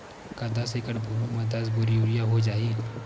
का दस एकड़ भुमि में दस बोरी यूरिया हो जाही?